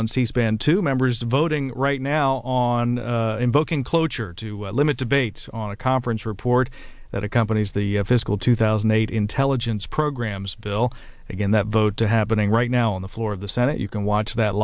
on c span two members voting right now on invoking cloture to limit debates on a conference report that accompanies the fiscal two thousand and eight intelligence programs bill again that vote to happening right now on the floor of the senate you can watch that